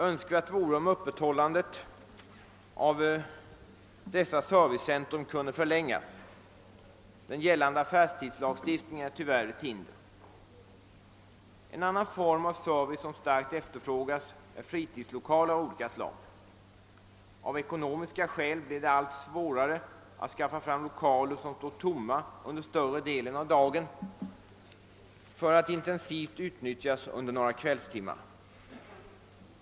Önskvärt vore om öppethållandet av dessa servicecentra kunde förlängas. Den gällande affärstidslagstiftningen utgör tyvärr ett hinder. Relationerna hyra/inkomst har starkt efterfrågas är fritidslokaler av olika slag. Av ekonomiska skäl blir det allt svårare att få fram lokaler som står tomma under större delen av dagen för att intensivt utnyttjas under några kvällstimmar.